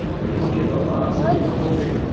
or you don't get from bonds what you were hoping,